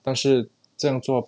但是这样做:dann shi zhe yang zuo